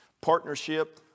partnership